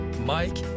Mike